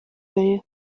wenje